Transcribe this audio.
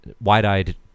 wide-eyed